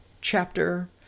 chapter